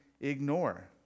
ignore